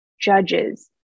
judges